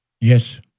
Yes